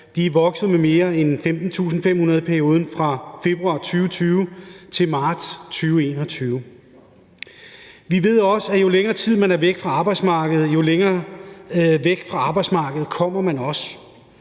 er vokset med mere end 15.500 i perioden fra februar 2020 til marts 2021. Vi ved også, at jo længere tid man er væk fra arbejdsmarkedet, jo længere væk fra arbejdsmarkedet kommer man også.